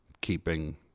keeping